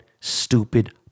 stupid